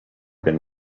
been